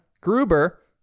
Gruber